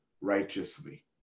righteously